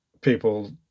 people